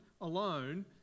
alone